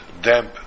damp